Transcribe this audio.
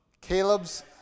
Caleb's